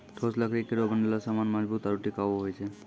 ठोस लकड़ी केरो बनलो सामान मजबूत आरु टिकाऊ होय छै